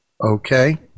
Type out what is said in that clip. Okay